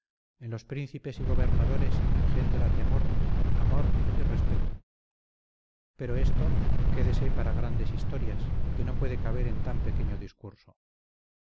en los príncipes y gobernadores engendra temor amor y respeto pero esto quédese para grandes historias que no puede caber en tan pequeño discurso